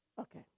Okay